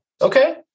Okay